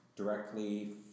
directly